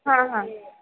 हां हां